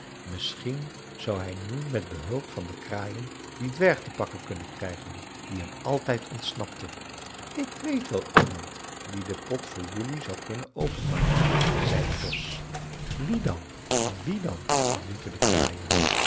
misschien zou hij nu met behulp van de kraaien dien dwerg te pakken kunnen krijgen die hem altijd ontsnapte ik weet wel iemand die den pot voor jelui zou kunnen openmaken zei de vos wie dan wie dan riepen de kraaien